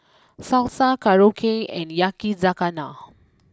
Salsa Korokke and Yakizakana